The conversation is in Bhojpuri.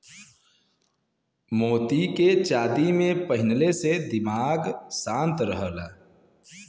मोती के चांदी में पहिनले से दिमाग शांत रहला